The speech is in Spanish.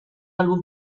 álbum